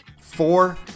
Four